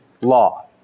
law